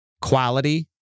quality